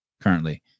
currently